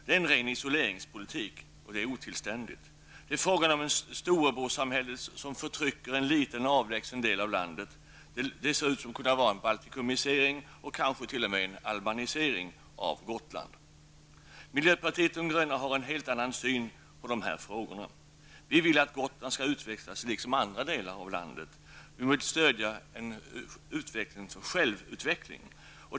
Det är en ren isoleringspolitik, och det är otillständigt. Det är fråga om storebrorssamhället som förtrycker en liten avlägsen del av landet. Det ser ut att kunna vara en ''baltikumisering'' och kanske t.o.m. en Miljöpartiet de gröna har en helt annan syn på dessa frågor. Vi vill att Gotland skall utvecklas, liksom andra delar av landet. Vi vill stödja en självutveckling.